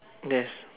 yes